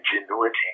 ingenuity